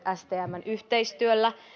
stmn yhteistyöllä